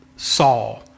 Saul